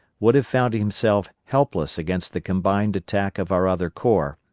would have found himself helpless against the combined attack of our other corps,